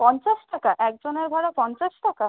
পঞ্চাশ টাকা একজনের ভাড়া পঞ্চাশ টাকা